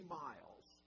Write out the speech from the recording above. miles